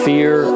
Fear